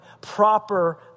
proper